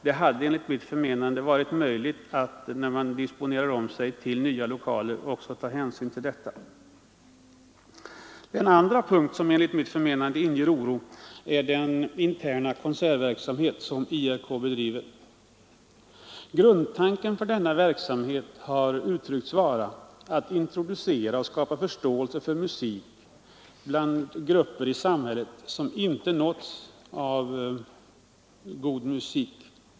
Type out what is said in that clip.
Det hade enligt min mening varit möjligt att när man flyttade till nya lokaler också ta hänsyn till detta. Den andra punkten som enligt mitt förmenande inger oro är den interna konsertverksamhet som IRK bedriver. Grundtanken för denna verksamhet har uttryckts vara att introducera och skapa förståelse för musik bland grupper i samhället som inte nåtts av god musik.